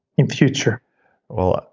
in future well,